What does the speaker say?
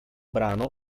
brano